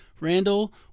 Randall